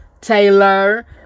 Taylor